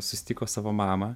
susitiko savo mamą